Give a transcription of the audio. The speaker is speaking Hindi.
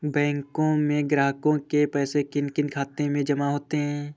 बैंकों में ग्राहकों के पैसे किन किन खातों में जमा होते हैं?